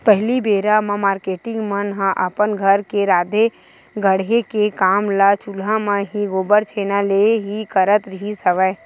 पहिली बेरा म मारकेटिंग मन ह अपन घर के राँधे गढ़े के काम ल चूल्हा म ही, गोबर छैना ले ही करत रिहिस हवय